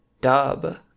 dub